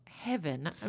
Heaven